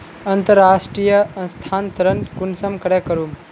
अंतर्राष्टीय स्थानंतरण कुंसम करे करूम?